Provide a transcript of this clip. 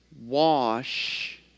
Wash